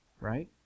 right